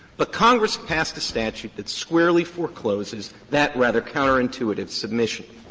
but congress passed a statute that squarely forecloses that rather counterintuitive submission.